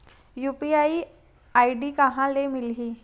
UPI ID कहां ले मिलही?